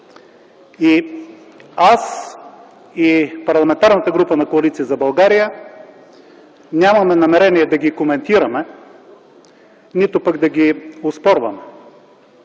Аз и Парламентарната група на Коалиция за България нямаме намерение да ги коментираме, нито пък да ги оспорваме.